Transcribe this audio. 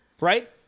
right